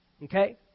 Okay